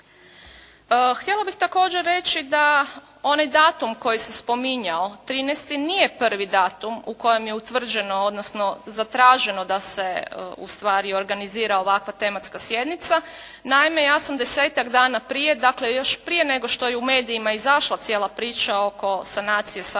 Htjela bih također reći da onaj datum koji se spominjao 13. nije prvi datum u kojem je utvrđeno, odnosno zatraženo da se ustvari organizira ovakva tematska sjednica. Naime ja sam desetak dana prije, dakle još prije nego što je u medijima izašla cijela priča oko sanacije "Salonita"